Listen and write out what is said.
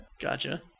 Gotcha